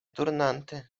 turnante